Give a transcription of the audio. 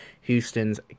Houston's